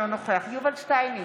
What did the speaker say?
אינו נוכח יובל שטייניץ,